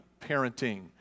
parenting